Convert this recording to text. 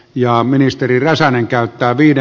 ja ministeri räsänen käyttää viime